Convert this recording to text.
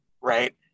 right